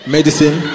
Medicine